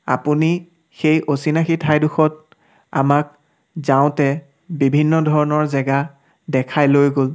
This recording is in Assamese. আপুনি সেই অচিনাকী ঠাইডোখৰত আমাক যাওঁতে বিভিন্ন ধৰণৰ জেগা দেখাই লৈ গ'ল